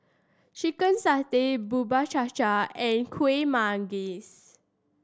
chicken satay Bubur Cha Cha and Kuih Manggis